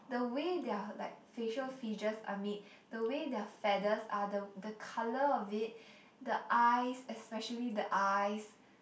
the way their like facial features are made the way their feathers are the the colour of it the eyes especially the eyes